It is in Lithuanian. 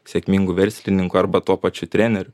sėkmingu verslininku arba tuo pačiu treneriu